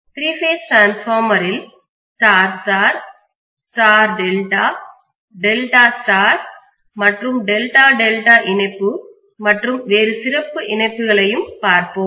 திரி phase டிரான்ஸ்பார்மரில் star star star delta delta star மற்றும் delta delta இணைப்பு மற்றும் வேறு சிறப்பு இணைப்புகளையும் பார்ப்போம்